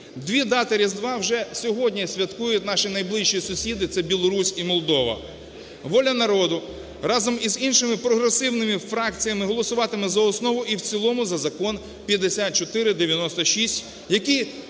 Дві дати Різдва вже сьогодні святкують наші найближчі сусіди, це Білорусь і Молдова. "Воля народу" разом із іншими прогресивними фракціями голосуватиме за основу і в цілому за закон 5496, який